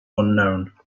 unknown